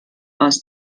aus